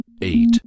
eight